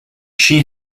she